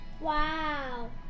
Wow